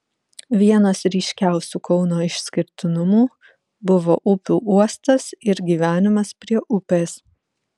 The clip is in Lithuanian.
vienas ryškiausių kauno išskirtinumų buvo upių uostas ir gyvenimas prie upės